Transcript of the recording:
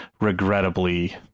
regrettably